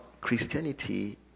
Christianity